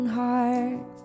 heart